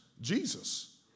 Jesus